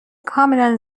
کاملا